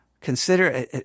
consider